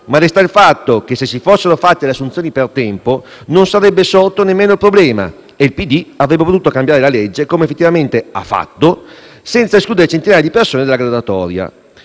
però il fatto che se si fossero fatte le assunzioni per tempo non sarebbe sorto nemmeno il problema e il Partito Democratico avrebbe potuto cambiare la legge - come effettivamente ha fatto - senza escludere centinaia di persone dalla graduatoria.